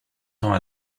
temps